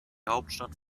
hauptstadt